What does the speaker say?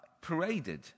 paraded